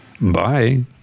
Bye